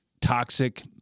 toxic